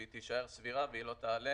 שהיא תישאר סבירה והיא לא תעלה